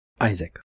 Isaac